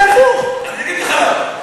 כפי שתיאר זאת מבקר המדינה,